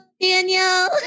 Daniel